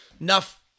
enough